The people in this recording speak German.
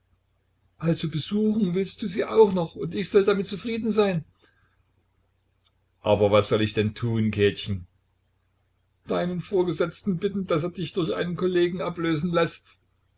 also besuchen willst du sie auch noch und ich soll damit zufrieden sein aber was soll ich denn tun käthchen deinen vorgesetzten bitten daß er dich durch einen kollegen ablösen läßt